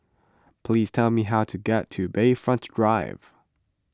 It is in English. please tell me how to get to Bayfront Drive